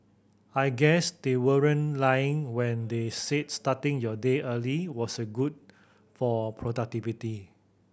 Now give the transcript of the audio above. I guess they weren't lying when they said starting your day early was good for productivity